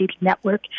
Network